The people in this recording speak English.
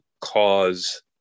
cause